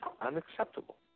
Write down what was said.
unacceptable